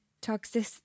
toxic